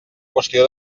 qüestió